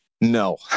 no